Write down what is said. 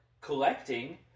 collecting